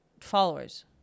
followers